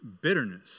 bitterness